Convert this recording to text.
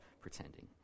pretending